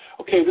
Okay